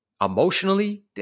emotionally